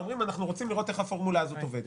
אומרים: אנחנו רוצים לראות איך הפורמולה הזאת עובדת.